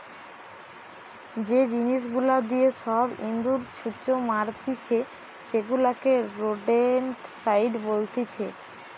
যে জিনিস গুলা দিয়ে সব ইঁদুর, ছুঁচো মারতিছে সেগুলাকে রোডেন্টসাইড বলতিছে